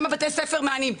גם לבתי ספר אין מענים,